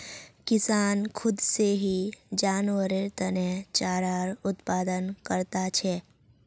किसान खुद से ही जानवरेर तने चारार उत्पादन करता छे